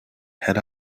had